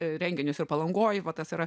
renginius ir palangoje va tas yra